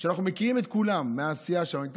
שאנחנו מכירים את כולם מהעשייה שלנו,